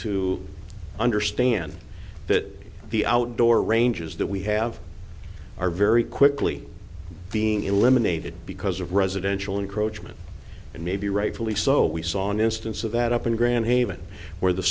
to understand that the outdoor ranges that we have are very quickly being eliminated because of residential encroachment and maybe rightfully so we saw an instance of that up in grand haven where the